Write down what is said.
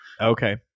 Okay